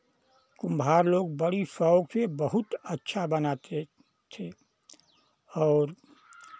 कुम्हार लोग बड़ी शौक से बहुत अच्छा बनाते थे और